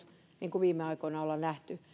niin kuin viime aikoina ollaan nähty